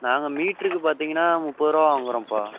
நாங்கள் மீட்ருக்கு பார்த்தீங்கன்னா முப்பது ரூபா வாங்குறோம்ப்பா